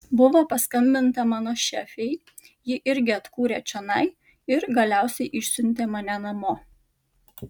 buvo paskambinta mano šefei ji irgi atkūrė čionai ir galiausiai išsiuntė mane namo